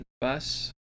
bus